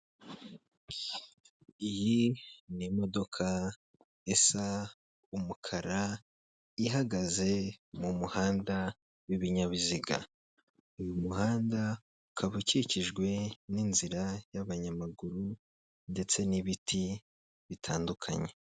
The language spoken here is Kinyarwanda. Iyi ni imodoka isa umukara, ihagaze mu muhanda w'ibinyabiziga. Uyu muhanda ukaba ukikijwe n'inzira y'abanyamaguru ndetse n'ibiti bitandukanye.